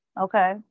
Okay